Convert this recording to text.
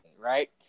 right